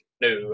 No